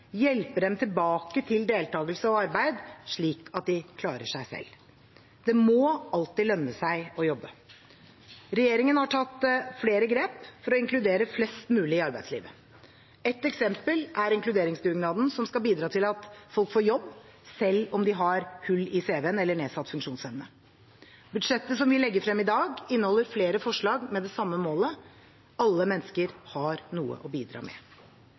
dem tilbake til deltakelse og arbeid, slik at de klarer seg selv. Det må alltid lønne seg å jobbe. Regjeringen har tatt flere grep for å inkludere flest mulig i arbeidslivet. Ett eksempel er inkluderingsdugnaden, som skal bidra til at folk får jobb, selv om de har hull i CV-en eller nedsatt funksjonsevne. Budsjettet som vi legger frem i dag, inneholder flere forslag med det samme målet: Alle mennesker har noe å bidra med.